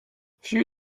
few